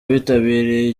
bitabiriye